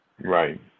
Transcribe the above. Right